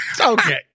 Okay